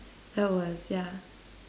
that works yeah